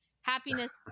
happiness